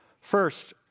First